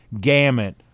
gamut